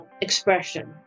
expression